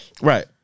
Right